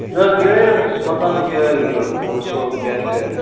نہٕ حظ یِہے حظ اوس یہِ مَکانُک یہِ ہے یہِ وُچھَو کیٛاہ چھِ